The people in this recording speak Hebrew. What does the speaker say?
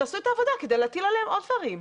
תעשו את העבודה כדי להטיל עליה עוד דברים.